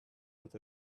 with